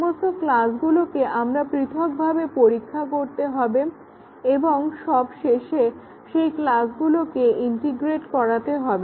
সমস্ত ক্লাসগুলোকে আমাদের পৃথকভাবে পরীক্ষা করতে হবে এবং সবশেষে সেই ক্লাসগুলোকে ইন্টিগ্রেট করাতে হবে